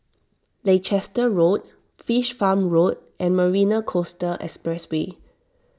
Leicester Road Fish Farm Road and Marina Coastal Expressway